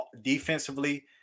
defensively